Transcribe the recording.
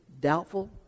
Doubtful